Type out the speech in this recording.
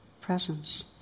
presence